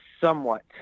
somewhat